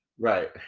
right.